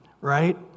right